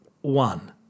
one